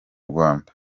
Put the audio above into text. rwanda